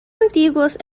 antiguos